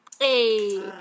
Hey